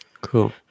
cool